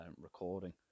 recording